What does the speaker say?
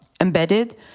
Embedded